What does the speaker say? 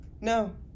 No